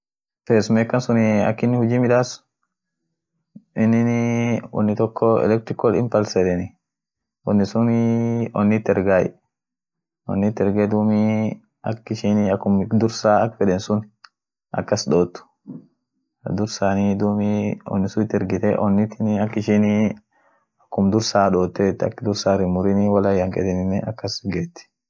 Tirii Di printern sunii, akinin huji midaas, eeeeh dursaa wonsunii iskaan it midaasitai ak in duum model ishia ak feden sun midaase dursa. duum aminen hinkutai. kutakayatia kuteni duum aminen printing it midaasen, duum ak wonfeden sun ak ishin feet kasabaat.